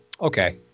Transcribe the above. Okay